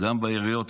גם בעיריות,